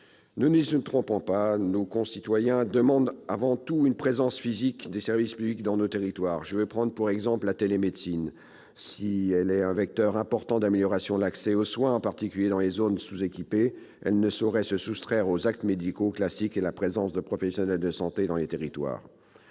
mes chers collègues, nos concitoyens demandent avant tout une présence physique des services publics dans les territoires. Prenons pour exemple la télémédecine : si celle-ci représente un vecteur important d'amélioration de l'accès aux soins, en particulier dans les zones sous-équipées, elle ne saurait se soustraire aux actes médicaux classiques et à la présence, sur nos territoires,